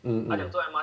mm